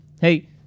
Hey